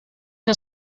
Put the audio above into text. que